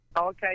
Okay